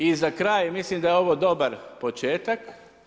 I za kraj, mislim da je ovo dobar početak.